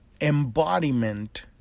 embodiment